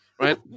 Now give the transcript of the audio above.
Right